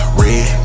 red